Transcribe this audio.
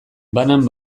banan